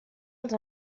els